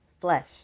flesh